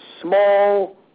small